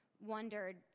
wondered